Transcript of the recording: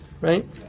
right